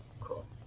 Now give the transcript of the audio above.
cool